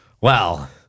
Well-